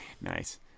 Nice